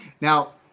Now